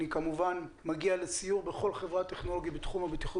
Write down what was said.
אני כמובן מגיע לסיום בכל חברה טכנולוגית בתחום הבטיחות